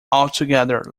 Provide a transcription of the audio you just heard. altogether